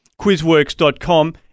quizworks.com